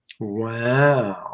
Wow